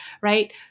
Right